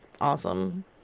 awesome